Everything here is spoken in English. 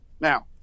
now